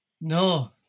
No